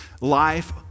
life